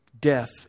Death